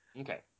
Okay